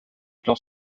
clan